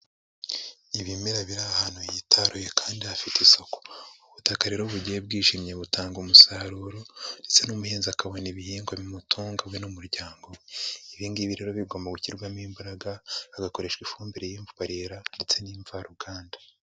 Ibimera biri ahantu hitaruye kandi hafite isuku, ubutaka rero bugiye bwijimye butanga umusaruro ndetse n'ubuhinzi akabona ibihingwa bimutunga we n'umuryango. Ibi ngibi rero bigomba gushyirwamo imbaraga, hagakoreshwa ifumbire y'imborera ndetse n'imvaruganda.